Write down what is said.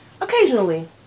occasionally